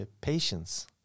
patience